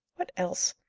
what else?